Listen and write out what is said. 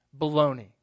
baloney